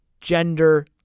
gender